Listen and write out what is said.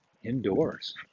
Indoors